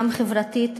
גם חברתית,